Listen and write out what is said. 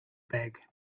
bag